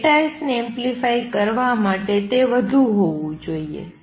lattice ને amplify કરવા માટે તે વધુ હોવું જોઈએ